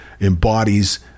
embodies